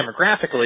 demographically